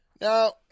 Now